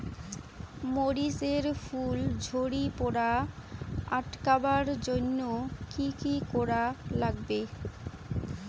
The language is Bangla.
মরিচ এর ফুল ঝড়ি পড়া আটকাবার জইন্যে কি কি করা লাগবে?